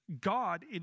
God